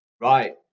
Right